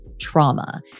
trauma